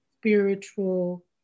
Spiritual